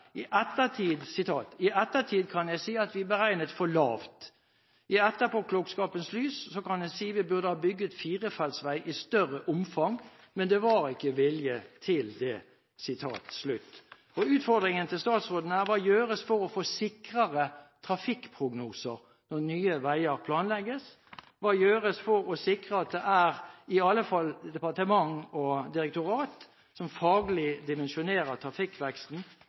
«I ettertid kan jeg si at vi beregnet det for lavt … I etterpåklokskapens lys så kan en si at vi kanskje burde ha bygget ut firefelts vei i større omfang, men det var ikke vilje til det.» Utfordringen til statsråden er: Hva blir gjort for å få sikrere trafikkprognoser når nye veier planlegges? Hva blir gjort for å sikre at det i alle fall er departement og direktorat som faglig dimensjonerer trafikkveksten